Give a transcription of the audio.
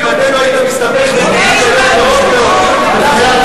אני לא יכול להתעלם מיושב-ראש הקואליציה.